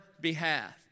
behalf